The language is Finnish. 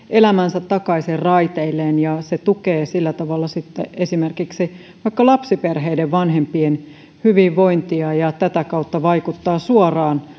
elämänsä takaisin raiteilleen se tukee sitten sillä tavalla esimerkiksi lapsiperheiden vanhempien hyvinvointia ja tätä kautta vaikuttaa suoraan